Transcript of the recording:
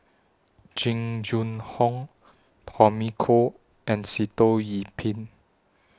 Jing Jun Hong Tommy Koh and Sitoh Yih Pin